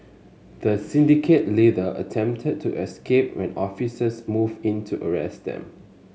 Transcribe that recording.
the syndicate leader attempted to escape when officers moved in to arrest them